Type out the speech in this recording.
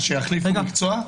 אז שיחליף מקצוע?